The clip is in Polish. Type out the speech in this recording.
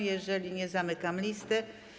Jeżeli nie, zamykam listę.